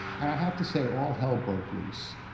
and i have to say all hell broke loose.